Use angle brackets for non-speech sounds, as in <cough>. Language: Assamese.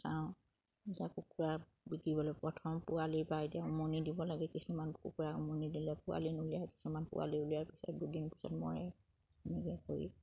চাওঁ <unintelligible> কুকুৰা বিকিবলৈ প্ৰথম পোৱালিৰ পৰা এতিয়া উমনি দিব লাগে কিছুমান কুকুৰা উমনি দিলে পোৱালি <unintelligible> পিছত মৰে এনেকে কৰি